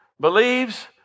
believes